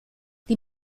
die